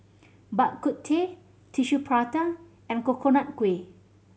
Bak Kut Teh Tissue Prata and Coconut Kuih